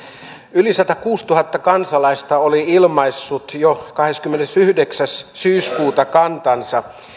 yli satakuusituhatta kansalaista oli ilmaissut jo kahdeskymmenesyhdeksäs syyskuuta kantansa